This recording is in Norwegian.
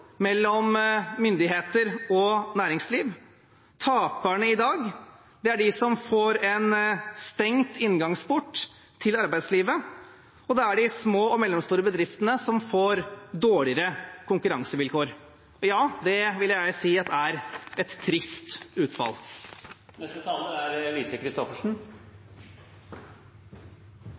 mellom myndigheter og næringsliv. Taperne i dag er de som får en stengt inngangsport til arbeidslivet, og det er de små og mellomstore bedriftene som får dårligere konkurransevilkår. Det vil jeg si er et trist utfall.